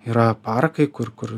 yra parkai kur kur